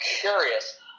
curious